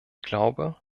glaube